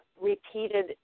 repeated